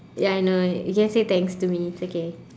ya I know you can say thanks to me it's okay